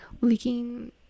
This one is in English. leaking